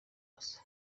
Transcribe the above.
masa